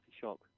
shock